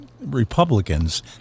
Republicans